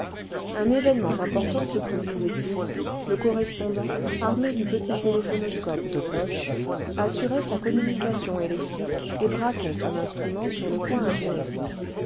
un événement important se produisait il le correspon le vingtième siècle dant armé du petit téléphonoscope de poche assurait sa communication électrique et braquait son instrument sur le point intéressant